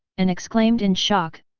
and exclaimed in shock,